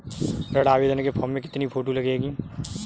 ऋण आवेदन के फॉर्म में कितनी फोटो लगेंगी?